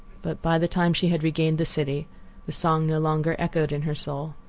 but by the time she had regained the city the song no longer echoed in her soul.